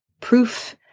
proof